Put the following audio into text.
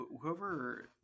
Whoever